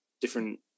different